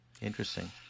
Interesting